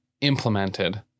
implemented